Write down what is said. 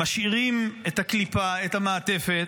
הם משאירים את הקליפה, את המעטפת,